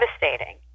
devastating